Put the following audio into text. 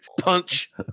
punch